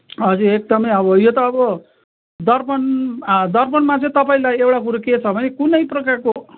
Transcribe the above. हजुर एकदमै अब यो त अब दर्पण दर्पणमा चाहिँ तपाईँलाई एउटा कुरो के छ भने कुनै प्रकारको